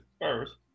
first